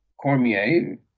Cormier